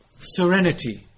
serenity